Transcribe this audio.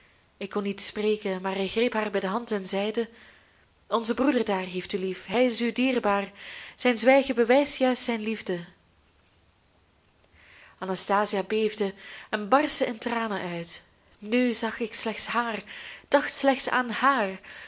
ik kon niet spreken maar hij greep haar bij de hand en zeide onze broeder daar heeft u lief hij is u dierbaar zijn zwijgen bewijst juist zijn liefde anastasia beefde en barstte in tranen uit nu zag ik slechts haar dacht slechts aan haar